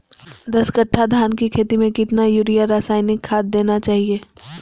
दस कट्टा धान की खेती में कितना यूरिया रासायनिक खाद देना चाहिए?